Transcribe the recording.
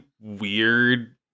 weird